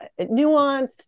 nuanced